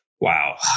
Wow